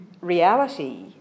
reality